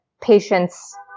patients